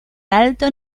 alto